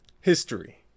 History